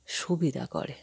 সুবিধা করে